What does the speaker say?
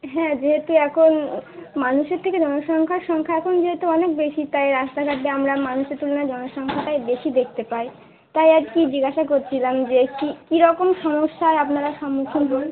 হ্যাঁ যেহেতু এখন মানুষের থেকে জনসংখ্যার সংখ্যা এখন যেহেতু অনেক বেশি তাই রাস্তাঘাটে আমরা মানুষের তুলনায় জনসংখ্যাটাই বেশি দেখতে পাই তাই আর কি জিজ্ঞাসা করছিলাম যে কী কীরকম সমস্যায় আপনারা সম্মুখীন হন